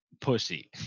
pussy